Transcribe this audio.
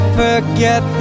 forget